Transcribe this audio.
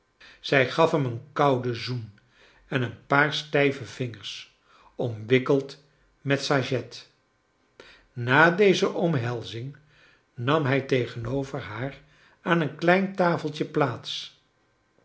zij gaf hem een kouden zoen en een paar stijve vmgers omwikkeld met sajet na deze omhelzirig nam hij tegenover haar aan een klein tafeltje piaats